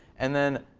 and then,